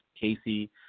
Casey